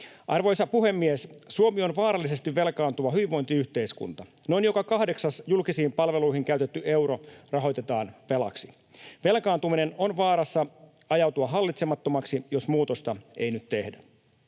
Arvoisa puhemies! Suomi on vaarallisesti velkaantuva hyvinvointiyhteiskunta. Noin joka kahdeksas julkisiin palveluihin käytetty euro rahoitetaan velaksi. Velkaantuminen on vaarassa ajautua hallitsemattomaksi, jos muutosta ei nyt tehdä.